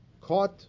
caught